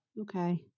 okay